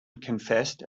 confessed